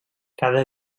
cada